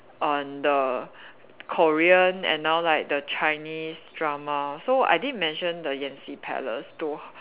uh the Korean and now like the Chinese drama so I did mention the Yanxi palace to